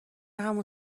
همون